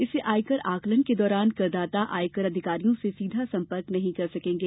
इससे आयकर आंकलन के दौरान करदाता आयकर अधिकारियों से सीधा संपर्क नहीं कर सकेंगे